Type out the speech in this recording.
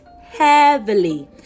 heavily